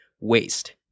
waste